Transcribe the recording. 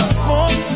smoke